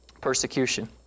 persecution